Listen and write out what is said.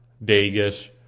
Vegas